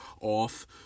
off